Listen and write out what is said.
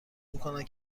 میکنند